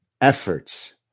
efforts